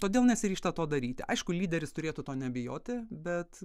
todėl nesiryžta to daryti aišku lyderis turėtų to nebijoti bet